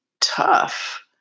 tough